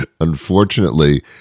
Unfortunately